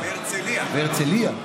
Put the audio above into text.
בהרצליה,